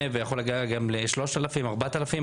וזה יכול להגיע גם ל-4,000-3,000 שקל.